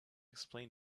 explain